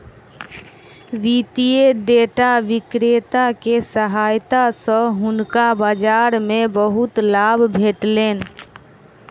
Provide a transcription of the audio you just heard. वित्तीय डेटा विक्रेता के सहायता सॅ हुनका बाजार मे बहुत लाभ भेटलैन